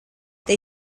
they